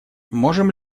можем